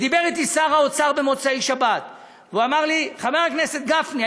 ודיבר אתי שר האוצר במוצאי שבת ואמר לי: חבר הכנסת גפני,